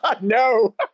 No